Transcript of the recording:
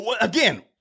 again